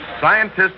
Scientists